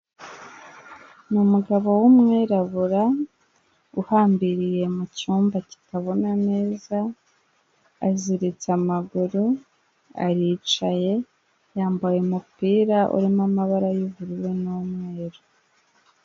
Ni umugabo w'umwirabura uhambiriye mu cyumba kitabona neza, aziritse amaguru aricaye yambaye umupira urimo amabara yubururu n'umweru.